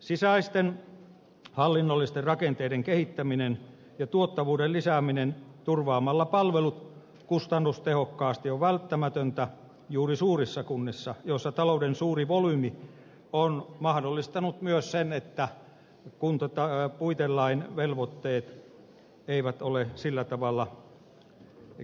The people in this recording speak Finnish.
sisäisten hallinnollisten rakenteiden kehittäminen ja tuottavuuden lisääminen turvaamalla palvelut kustannustehokkaasti on välttämätöntä juuri suurissa kunnissa joissa talouden suuri volyymi on mahdollistanut myös sen että puitelain velvoitteet eivät ole sillä tavalla käynnistyneet